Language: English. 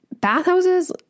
Bathhouses